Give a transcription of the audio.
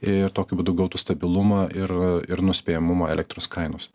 ir tokiu būdu gautų stabilumą ir ir nuspėjamumą elektros kainos